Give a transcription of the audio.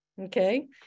Okay